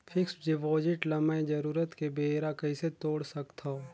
Fixed deposit ल मैं जरूरत के बेरा कइसे तोड़ सकथव?